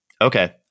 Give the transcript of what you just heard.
Okay